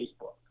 Facebook